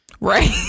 right